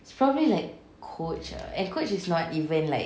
probably like coach ah and coach is not even like